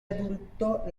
adulto